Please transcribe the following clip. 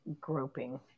Groping